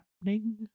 happening